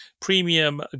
Premium